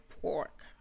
pork